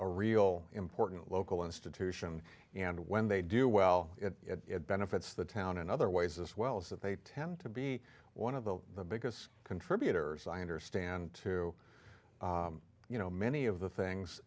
real important local institution and when they do well it benefits the town in other ways as well so they tend to be one of the biggest contributors i understand to you know many of the things